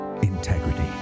Integrity